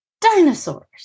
dinosaurs